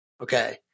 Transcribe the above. Okay